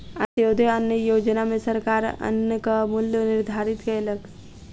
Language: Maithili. अन्त्योदय अन्न योजना में सरकार अन्नक मूल्य निर्धारित कयलक